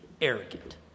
arrogant